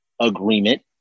agreement